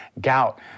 gout